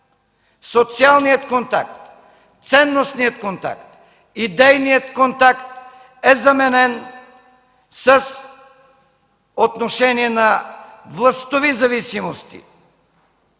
социалният контакт, ценностният контакт, идейният контакт е заменен с отношение на властови зависимости,